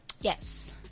Yes